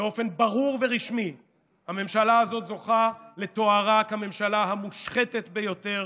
באופן ברור ורשמי הממשלה הזאת זוכה לתוארה כממשלה המושחתת ביותר